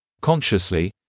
Consciously